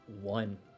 one